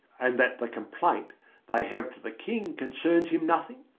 and that the complaint they have to the king concerns him nothing,